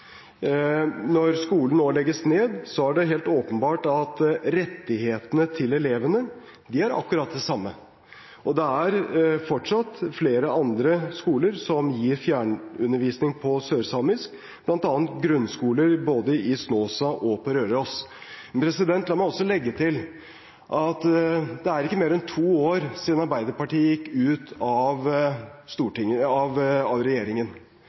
Når skolen nå legges ned, er det helt åpenbart at rettighetene til elevene er akkurat de samme. Det er fortsatt flere andre skoler som gir fjernundervisning på sørsamisk, bl.a. grunnskoler både i Snåsa og på Røros. La meg også legge til at det ikke er mer enn to år siden Arbeiderpartiet gikk ut av